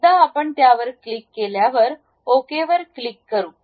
एकदा आपण त्यावर क्लिक केल्यावर Ok वर क्लिक करू